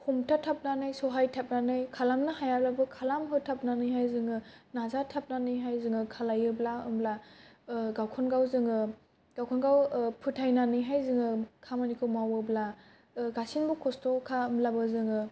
हमथाथाबनानै सहयथाबनानै खालामनो हाया बाबो खालाम होथाबनानै जोङो नाजाथाबनानैहाय जोङो खालायोब्ला ओमब्ला गावखौनो गाव जोङो गावखौनो गाव फोथायनानैहाय जोङो खामानिखौ मावोब्ला गासिबो खस्थ' खालामब्लाबो जोङो